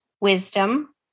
wisdom